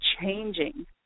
changing